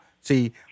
see